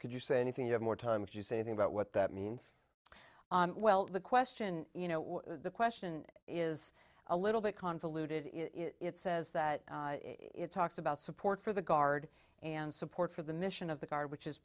could you say anything you have more time to say think about what that means well the question you know the question is a little bit convoluted it says that it's talks about support for the guard and support for the mission of the guard which is